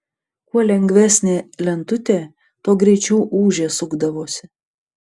kuo lengvesnė lentutė tuo greičiau ūžė sukdavosi